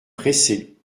pressé